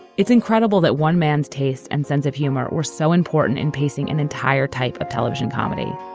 it's incredible that one man's taste and sense of humor were so important in pacing an entire type of television comedy.